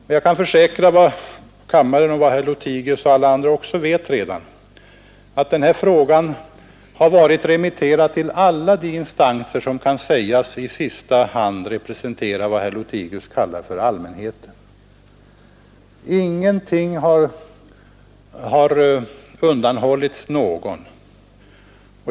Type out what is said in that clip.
Och jag kan försäkra att — det vet för resten herr Lothigius, övriga kammarledamöter och alla andra också — att den här frågan har varit remitterad till alla de instanser som kan sägas i sista hand representera vad herr Lothigius kallar för allmänheten. Ingenting har undanhållits någon.